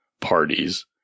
parties